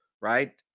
Right